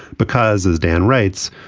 because as dan writes,